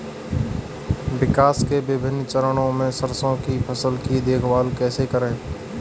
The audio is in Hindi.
विकास के विभिन्न चरणों में सरसों की फसल की देखभाल कैसे करें?